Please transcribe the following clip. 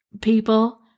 people